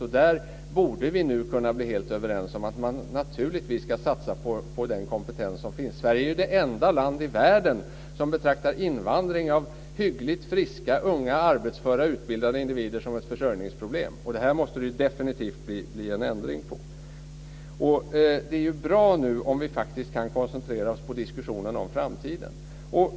Och vi borde nu kunna bli helt överens om att vi naturligtvis ska satsa på den kompetens som finns. Sverige är ju det enda land i världen som betraktar invandring av hyggligt friska, unga, arbetsföra och utbildade individer som ett försörjningsproblem. Det här måste det definitivt bli en ändring på. Det är bra om vi nu faktiskt kan koncentrera oss på diskussionen om framtiden.